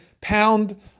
pound